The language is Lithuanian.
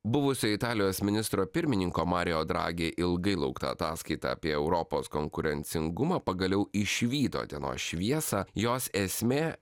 buvusio italijos ministro pirmininko marijo dragi ilgai laukta ataskaita apie europos konkurencingumą pagaliau išvydo dienos šviesą jos esmė